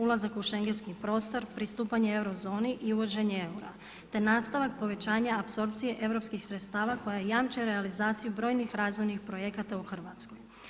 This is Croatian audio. Ulazak u schengenski prostor, pristupanje eurozoni i uvođenje eura, te nastavak povećanja apsorpcije europskih sredstava koja jamče realizaciju brojnih razvojnih projekata u RH.